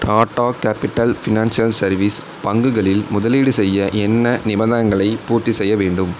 Tata capital financial services பங்குகளில் முதலீடு செய்ய என்ன நிபந்தனைகளைப் பூர்த்திசெய்ய வேண்டும்